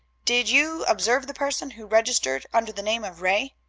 did you observe the person who registered under the name of ray?